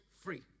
free